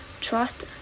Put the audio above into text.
trust